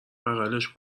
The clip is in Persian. بغلش